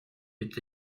est